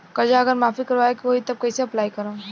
कर्जा अगर माफी करवावे के होई तब कैसे अप्लाई करम?